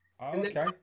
okay